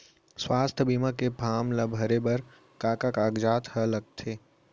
स्वास्थ्य बीमा के फॉर्म ल भरे बर का का कागजात ह लगथे?